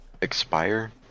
expire